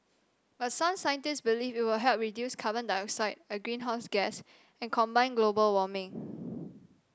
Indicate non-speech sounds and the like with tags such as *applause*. but some scientists believe it will help reduce carbon dioxide a greenhouse gas and combat global warming *noise*